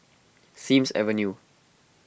Sims Avenue